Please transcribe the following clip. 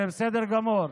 זה בסדר גמור.